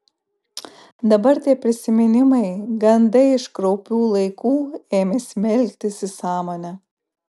dabar tie prisiminimai gandai iš kraupių laikų ėmė smelktis į sąmonę